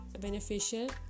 beneficial